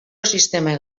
sistema